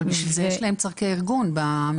אבל בשביל זה יש להם צרכי ארגון במעונות.